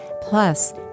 plus